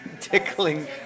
tickling